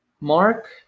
Mark